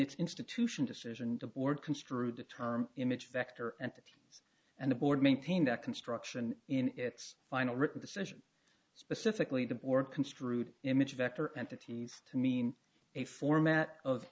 its institution decision the board construed the term image vector entities and the board maintained that construction in its final written the session specifically to or construed image of actor entities to mean a format of